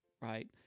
right